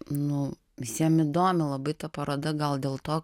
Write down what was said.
nu visiem įdomi labai ta paroda gal dėl to